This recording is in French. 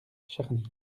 charny